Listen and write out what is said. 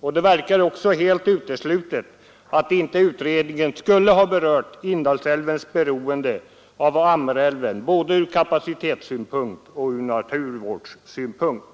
Och det verkar helt uteslutet att utredningen inte skulle ha berört Indalsälvens beroende av Ammerälven både från kapacitetssynpunkt och från naturvårdssynpunkt.